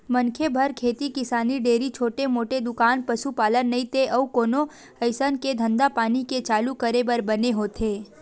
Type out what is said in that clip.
मनखे बर खेती किसानी, डेयरी, छोटे मोटे दुकान, पसुपालन नइते अउ कोनो अइसन के धंधापानी के चालू करे बर बने होथे